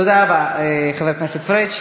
תודה רבה, חבר הכנסת פריג'.